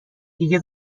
دیگه